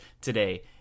today